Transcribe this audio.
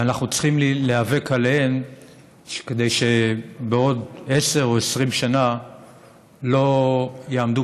ואנחנו צריכים להיאבק עליהן כדי שבעוד עשר או 20 שנה לא יעמדו